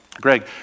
Greg